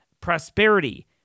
Prosperity